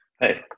Hey